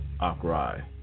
Akrai